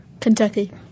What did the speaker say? Kentucky